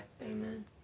amen